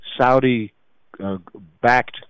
Saudi-backed